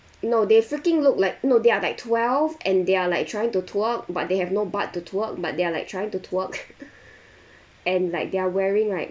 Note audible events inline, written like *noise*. no they freaking looked like no they are like twelve and they are like trying to twerk but they have no butt to twerk but they are like trying to twerk *laughs* and like they're wearing like